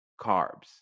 carbs